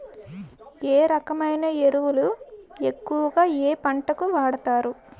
ఏ రకమైన ఎరువులు ఎక్కువుగా ఏ పంటలకు వాడతారు?